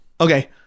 Okay